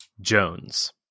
Jones